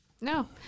No